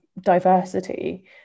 diversity